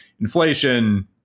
inflation